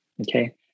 Okay